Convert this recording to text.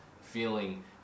feeling